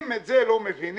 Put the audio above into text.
אם את זה לא מבינים,